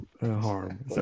harm